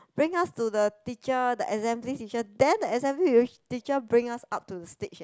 bring us to the teacher the assembly teacher then the assembly teacher bring us up to the stage um